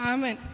Amen